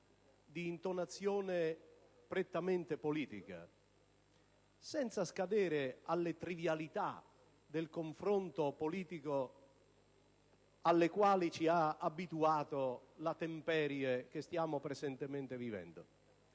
di intonazione prettamente politica, senza scadere nelle trivialità del confronto politico alle quali ci ha abituato la temperie che stiamo attualmente vivendo.